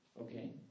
Okay